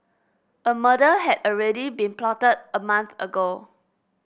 a murder had already been plotted a month ago